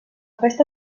festa